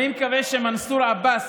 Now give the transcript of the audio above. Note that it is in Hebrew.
אני מקווה שמנסור עבאס,